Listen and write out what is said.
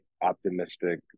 optimistic